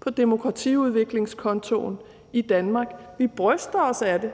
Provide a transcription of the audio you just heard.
på demokratiudviklingskontoen i Danmark. Vi bryster os af det